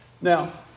Now